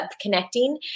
connecting